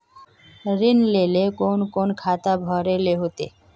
ऋण लेल कोन कोन खाता भरेले होते?